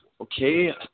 Okay